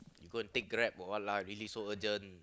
you go and take Grab or what lah really so urgent